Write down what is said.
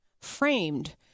framed